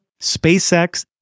SpaceX